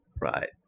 Right